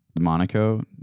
Monaco